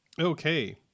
Okay